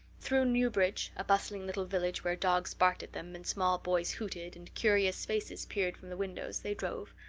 through newbridge, a bustling little village where dogs barked at them and small boys hooted and curious faces peered from the windows, they drove,